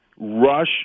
rush